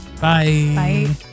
Bye